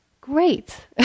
Great